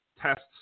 tests